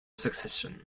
succession